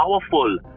powerful